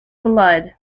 blood